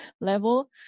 level